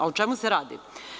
O čemu se radi?